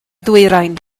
ddwyrain